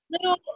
little